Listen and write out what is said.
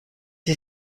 sie